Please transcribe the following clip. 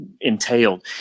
entailed